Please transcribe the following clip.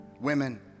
women